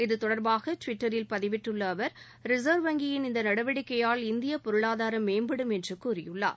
இது தொடர்பாக டுவிட்டரில் பதிவிட்டுள்ள அவர் ரிசர்வ் வங்கியின் இந்த நடவடிக்கையால் இந்திய பொருளாதாரம் மேம்படும் என்று கூறியுள்ளார்